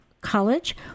College